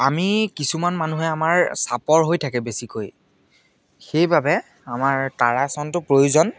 আমি কিছুমান মানুহে আমাৰ চাপৰ হৈ থাকে বেছিকৈ সেইবাবে আমাৰ তাৰাসনটো প্ৰয়োজন